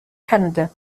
canada